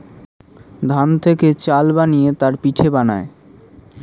ধান থেকে চাল বানিয়ে তার পিঠে বানায়